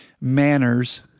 manners